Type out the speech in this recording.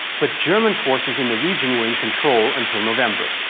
but german forces in the region were in control until november.